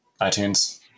itunes